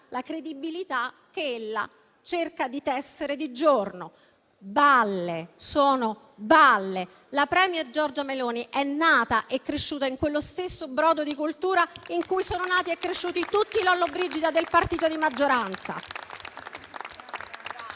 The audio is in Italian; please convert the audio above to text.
la credibilità che ella cerca di tessere di giorno. Balle, sono balle. La *premier* Giorgia Meloni è nata e cresciuta in quello stesso brodo di coltura in cui sono nati e cresciuti tutti i Lollobrigida del partito di maggioranza.